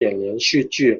连续剧